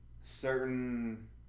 certain